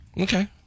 Okay